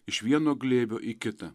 iš vieno glėbio į kitą